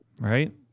right